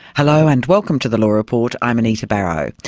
hello, and welcome to the law report, i'm anita barraud.